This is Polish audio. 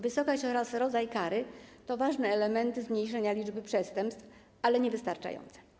Wysokość oraz rodzaj kary to ważne elementy zmniejszenia liczby przestępstw, ale niewystarczające.